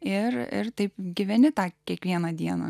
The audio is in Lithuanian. ir taip gyveni tą kiekvieną dieną